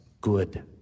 good